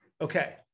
Okay